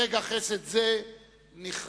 רגע חסד זה נחרת